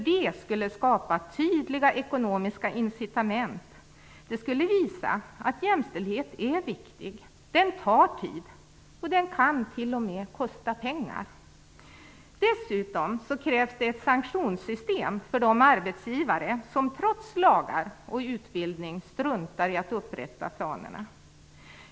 Det skulle skapa tydliga ekonomiska incitament. Det skulle visa att jämställdheten är viktig. Den tar tid och kan t.o.m. kosta pengar. Dessutom krävs det ett sanktionssystem för de arbetsgivare som trots lagar och utbildning struntar i att upprätta planerna.